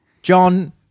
John